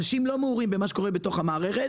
אנשים לא מעורים במה שקורה בתוך המערכת,